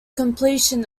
completion